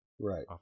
Right